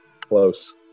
Close